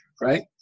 right